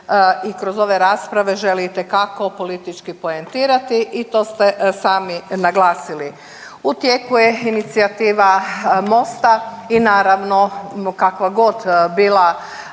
i kroz ove rasprave želi itekako politički poentirati i to ste sami naglasili. U tijeku je inicijativa Mosta i naravno kakva god bila